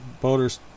boaters